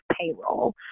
payroll